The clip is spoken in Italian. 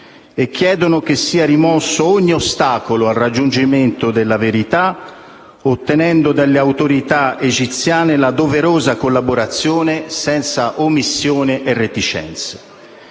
e chiedono che sia rimosso ogni ostacolo al raggiungimento della verità, ottenendo dalle autorità egiziane la doverosa collaborazione senza omissione e reticenze.